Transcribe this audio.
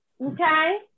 Okay